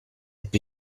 più